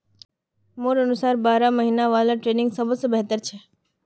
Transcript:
मोर अनुसार बारह महिना वाला ट्रेनिंग सबस बेहतर छ